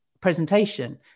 presentation